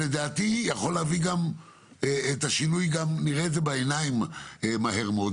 לדעתי יכול להביא גם את השינוי ונראה את זה בעיניים מהר מאוד.